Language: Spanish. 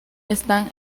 están